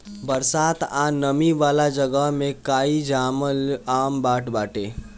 बरसात आ नमी वाला जगह में काई जामल आम बात बाटे